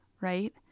right